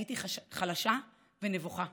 הייתי חלשה ונבוכה,